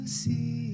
see